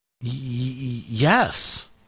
yes